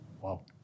wow